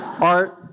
Art